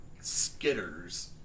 skitters